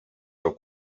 del